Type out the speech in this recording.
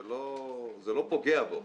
זה לא פוגע בו.